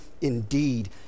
indeed